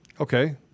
Okay